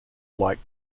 like